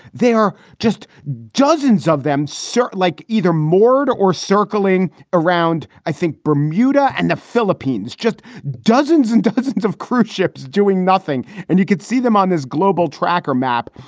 there are just dozens of them searched like either moored or circling around, i think bermuda and the philippines, just dozens and dozens of cruise ships doing nothing. and you could see them on this global tracker map.